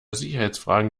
sicherheitsfragen